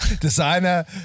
designer